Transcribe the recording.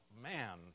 man